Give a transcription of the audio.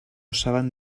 saben